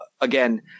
again